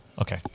Okay